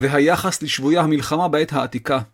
והיחס לשבויי המלחמה בעת העתיקה.